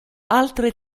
altre